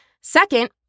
Second